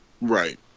right